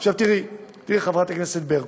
עכשיו, תראי, חברת הכנסת ברקו,